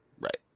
Right